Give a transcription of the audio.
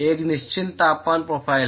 एक निश्चित तापमान प्रोफ़ाइल है